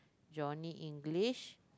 Johnny-English